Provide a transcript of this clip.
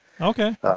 Okay